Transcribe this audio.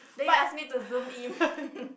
then you ask me to zoom in